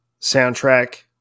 soundtrack